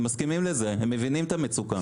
הם מסכימים לזה, הם מבינים את המצוקה.